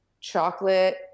chocolate